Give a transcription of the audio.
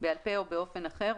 בעל פה או באופן אחר,